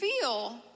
feel